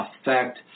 affect